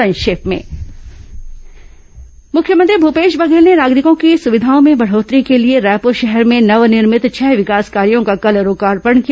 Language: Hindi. संक्षिप्त समाचार मुख्यमंत्री भूपेश बघेल ने नागरिकों की सुविधाओं में बढ़ोत्तरी के लिए रायपुर शहर में नवनिर्मित छह विकास कार्यों का कल लोकार्पण किया